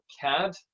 CAD